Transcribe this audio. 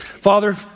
Father